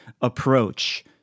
approach